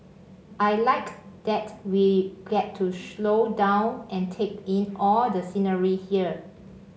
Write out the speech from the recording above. I like that we get to slow down and take in all the scenery here